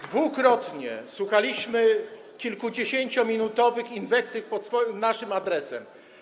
Dwukrotnie słuchaliśmy kilkudziesięciominutowych inwektyw pod naszym adresem.